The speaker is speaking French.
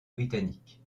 britanniques